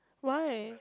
why